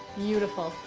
beautiful!